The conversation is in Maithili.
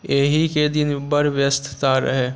एहिके दिन बड़ व्यस्तता रहै